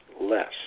less